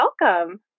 welcome